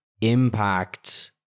impact